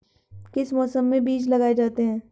किस मौसम में बीज लगाए जाते हैं?